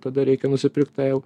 tada reikia nusipirkt tą jau